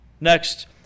Next